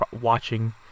watching